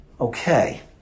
Okay